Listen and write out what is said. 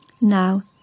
Now